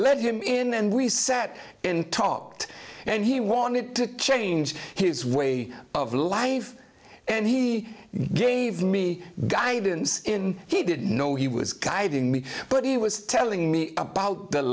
let him in and we sat and talked and he wanted to change his way of life and he gave me guidance in he didn't know he was guiding me but he was telling me about the